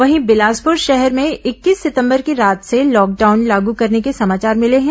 वहीं बिलासपुर शहर में इक्कीस सितंबर की रात से लॉकडाउन लागू करने के समाचार मिले हैं